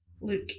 look